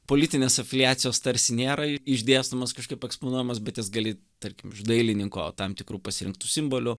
politinės afiliacijos tarsi nėra išdėstomos kažkaip eksponuojamos bet jas gali tarkim iš dailininko tam tikrų pasirinktų simbolių